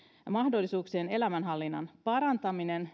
mahdollisuuksien ja elämänhallinnan parantaminen